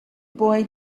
boy